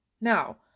Now